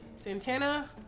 Santana